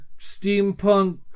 steampunk